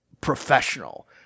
professional